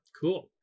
cool